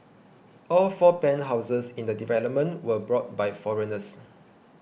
all four penthouses in the development were bought by foreigners